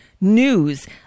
news